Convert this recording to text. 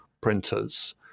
printers